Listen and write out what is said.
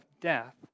death